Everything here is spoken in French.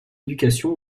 éducation